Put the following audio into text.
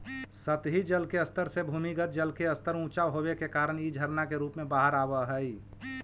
सतही जल के स्तर से भूमिगत जल के स्तर ऊँचा होवे के कारण इ झरना के रूप में बाहर आवऽ हई